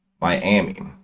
Miami